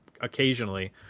occasionally